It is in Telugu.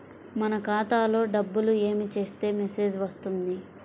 మన ఖాతాలో డబ్బులు ఏమి చేస్తే మెసేజ్ వస్తుంది?